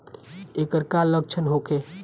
ऐकर का लक्षण होखे?